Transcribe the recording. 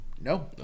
No